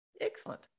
excellent